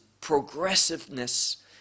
progressiveness